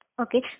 okay